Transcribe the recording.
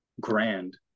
grand